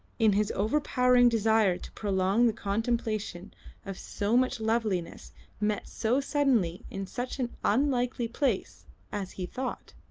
in his overpowering desire to prolong the contemplation of so much loveliness met so suddenly in such an unlikely place as he thought.